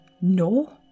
No